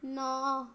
ନଅ